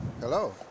Hello